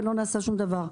ולא נעשה שום דבר.